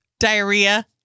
Diarrhea